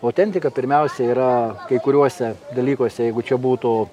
autentika pirmiausia yra kai kuriuose dalykuose jeigu čia būtų